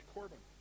Corbyn